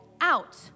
out